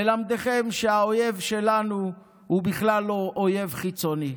ללמדכם שהאויב שלנו הוא בכלל לא אויב חיצוני.